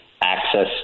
access